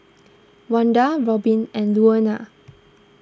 Wanda Robbin and Luana